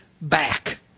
back